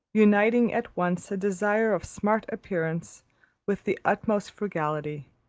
uniting at once a desire of smart appearance with the utmost frugality,